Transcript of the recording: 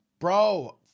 Bro